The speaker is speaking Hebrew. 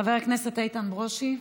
חבר הכנסת איתן ברושי,